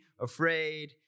afraid